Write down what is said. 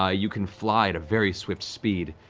ah you can fly at a very swift speed,